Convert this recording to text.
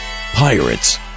pirates